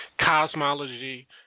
cosmology